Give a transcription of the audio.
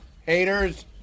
haters